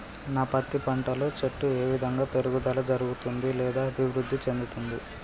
నా పత్తి పంట లో చెట్టు ఏ విధంగా పెరుగుదల జరుగుతుంది లేదా అభివృద్ధి చెందుతుంది?